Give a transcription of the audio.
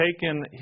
taken